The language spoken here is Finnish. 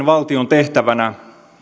tehtävänä